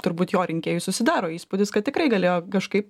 turbūt jo rinkėjų susidaro įspūdis kad tikrai galėjo kažkaip